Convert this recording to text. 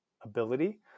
Ability